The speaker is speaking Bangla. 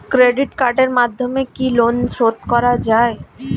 ক্রেডিট কার্ডের মাধ্যমে কি লোন শোধ করা যায়?